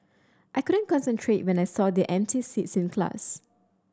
I couldn't concentrate when I saw their empty seats in class